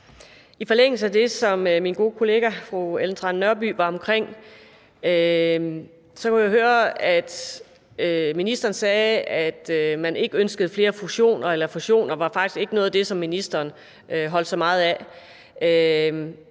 I forlængelse af det, som min gode kollega fru Ellen Trane Nørby var omkring, kunne jeg høre, at ministeren sagde, at man ikke ønsker at lave flere fusioner, eller at fusioner faktisk ikke var noget af det, som ministeren holdt så meget af.